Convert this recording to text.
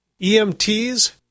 EMTs